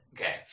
Okay